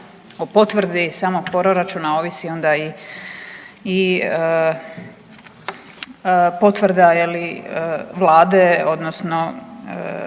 o potvrdi samo proračuna ovisi onda i, i potvrda je li vlade odnosno